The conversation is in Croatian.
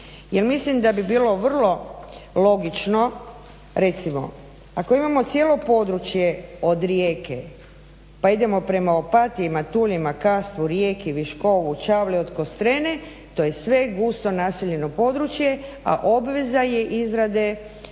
mislim da bi bilo vrlo logično, recimo ako imamo cijelo područje od Rijeke pa idemo prema Opatiji, Matuljima, Kastvu, Rijeci, Viškovu, Čavle od Kostrene to je sve gusto naseljeno područje, a obveza je izrade